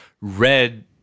Red